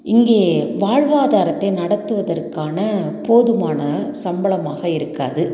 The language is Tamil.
இங்கே வாழ்வாதாரத்தை நடத்துவதற்கான போதுமான சம்பளமாக இருக்காது